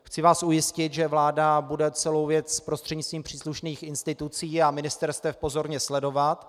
Chci vás ujistit, že vláda bude celou věc prostřednictvím příslušných institucí a ministerstev pozorně sledovat.